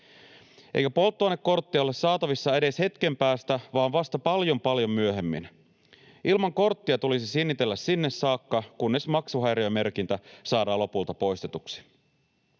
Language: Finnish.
eikä polttoainekorttia ole saatavissa edes hetken päästä vaan vasta paljon, paljon myöhemmin. Ilman korttia tulisi sinnitellä siihen saakka, kunnes maksuhäiriömerkintä saadaan lopulta poistetuksi.